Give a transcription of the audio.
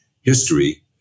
history